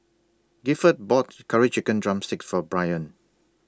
Gifford bought Curry Chicken Drumstick For Brian